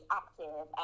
active